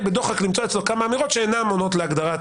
בדוחק למצוא אצלו כמה אמירות שאינן עונות להגדרת